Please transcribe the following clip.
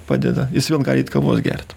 padeda jis vėl gali eit kavos gerti